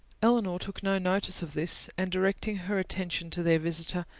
elinor took no notice of this and directing her attention to their visitor,